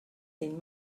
seen